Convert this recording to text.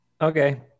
Okay